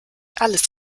alles